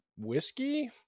whiskey